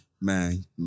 Man